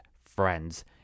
friends